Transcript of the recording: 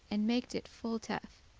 and maked it full tough.